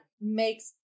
makes